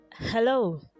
hello